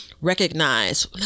recognize